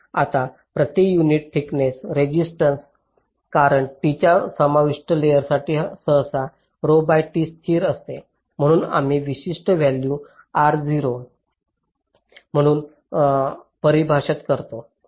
आता प्रति unit thickness resistance कारण t एका विशिष्ट लेयरसाठी सहसा स्थिर असते म्हणून आम्ही विशिष्ट व्हॅल्यू म्हणून परिभाषित करतो